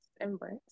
embrace